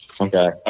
Okay